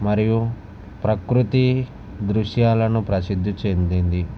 మరియు ప్రకృతి దృశ్యాలను ప్రసిద్ధి చెందింది